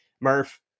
Murph